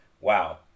wow